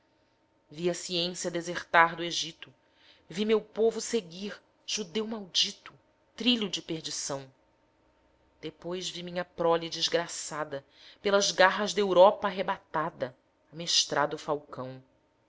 a ciência desertar do egito vi meu povo seguir judeu maldito trilho de perdição depois vi minha prole desgraçada pelas garras d'europa arrebatada amestrado falcão